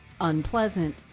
unpleasant